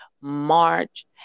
March